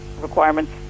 requirements